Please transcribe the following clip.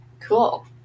Cool